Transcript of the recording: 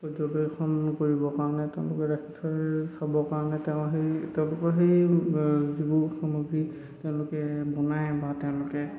পৰ্যবেক্ষণ কৰিবৰ কাৰণে তেওঁলোকে ৰাখি থয় চাবৰ কাৰণে তেওঁ সেই তেওঁলোকৰ সেই যিবোৰ সামগ্ৰী তেওঁলোকে বনাই বা তেওঁলোকে